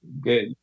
good